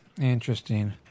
Interesting